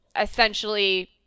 essentially